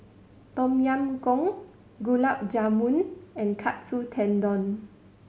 Tom Yam Goong Gulab Jamun and Katsu Tendon